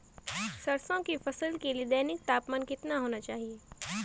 सरसों की फसल के लिए दैनिक तापमान कितना होना चाहिए?